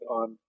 on